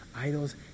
Idols